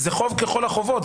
זה חוב ככל החובות,